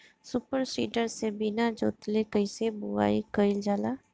Super seeder से बीना जोतले कईसे बुआई कयिल जाला?